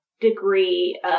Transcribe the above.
degree